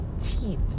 teeth